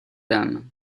dames